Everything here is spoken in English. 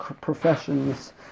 professions